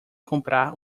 comprar